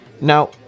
Now